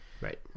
Right